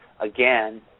Again